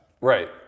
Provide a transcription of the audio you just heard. Right